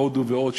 הודו ועוד,